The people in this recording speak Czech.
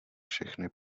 všechny